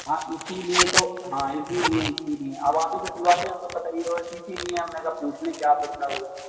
آپ اِسی لیے تو ہاں اِسی لیے اِسی لیے اب آپ ہی سِلواتے ہیں ہم تو پتہ ہی ہے اور اِسی لیے ہم نے کہا پوچھ لیں کیا مسئلہ ہو گیا